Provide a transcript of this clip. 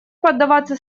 поддаваться